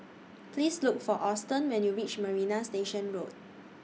Please Look For Auston when YOU REACH Marina Station Road